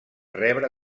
rebre